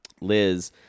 Liz